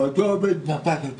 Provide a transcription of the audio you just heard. ואותו העובד נטש את